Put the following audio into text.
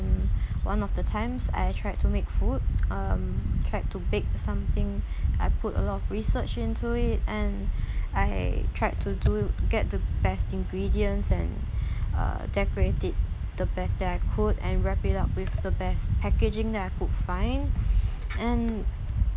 um one of the times I tried to make food um tried to bake something I put a lot of research into it and I tried to do w~ get the best ingredients and uh decorate it the best that I could and wrap it up with the best packaging that I could find and